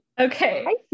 Okay